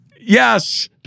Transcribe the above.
Yes